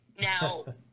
Now